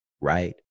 right